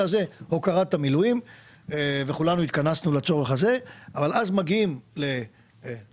הזה זה הוקרת המילואים שכולנו התכנסנו לצורך הזה - מגיעים לדירקטוריון,